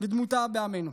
או דמותה בעמנו.